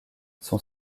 son